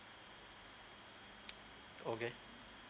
okay